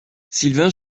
sylvain